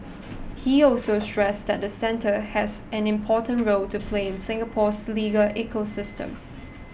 he also stressed that the centre has an important role to play in Singapore's legal ecosystem